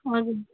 हजुर